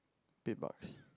big bulks